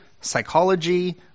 psychology